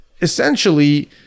essentially